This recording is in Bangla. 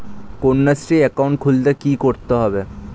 কন্যাশ্রী একাউন্ট খুলতে কী করতে হবে?